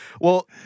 Well-